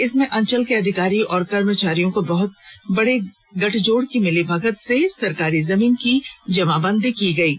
इसमें अंचल के अधिकारी और कर्मचारियों को बहत बड़े गठजोड़ की मिलीमगत से सरकारी जमीन की जमाबंदी की गई है